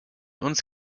uns